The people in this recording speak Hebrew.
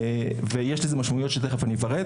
ויש לכך משמעויות שתיכף אפרט.